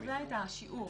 הוא קובע את השיעור.